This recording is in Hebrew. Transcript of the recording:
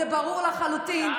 אפס, תראה את השנאה שיוצאת ממך.